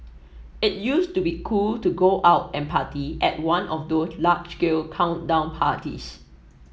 it used to be cool to go out and party at one of those large scale countdown parties